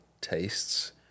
tastes